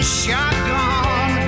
shotgun